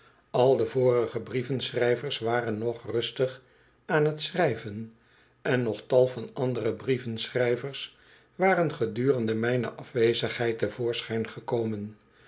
al de vorige brievenschrijvers waren nog rustig aan t schrijven en nog tal van andere brievenschrijvers waren gedurende mijne afwezigheid te voorschijn gekomen